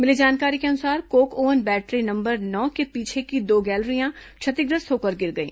मिली जानकरी के अनुसार कोक ओवन बैटरी नंबर नौ के पीछे की दो गैलेरियां क्षतिग्रस्त होकर गिर गई